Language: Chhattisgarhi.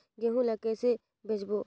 गहूं ला कइसे बेचबो?